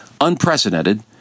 unprecedented